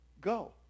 go